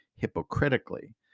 hypocritically